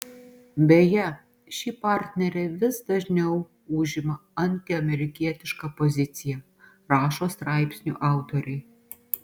beje ši partnerė vis dažniau užima antiamerikietišką poziciją rašo straipsnių autoriai